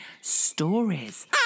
stories